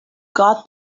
got